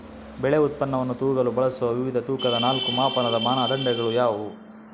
ಬೆಳೆ ಉತ್ಪನ್ನವನ್ನು ತೂಗಲು ಬಳಸುವ ವಿವಿಧ ತೂಕದ ನಾಲ್ಕು ಮಾಪನದ ಮಾನದಂಡಗಳು ಯಾವುವು?